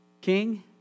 King